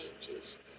changes